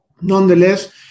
Nonetheless